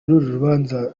rubanza